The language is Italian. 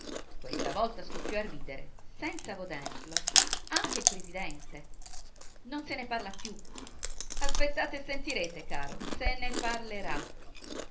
questa volta scoppiò a ridere senza volerlo anche il presidente non se ne parla più aspettate e sentirete caro se se ne parlerà